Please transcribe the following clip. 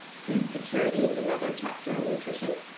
food security is another chapter in nutrition,